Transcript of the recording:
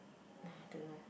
I don't know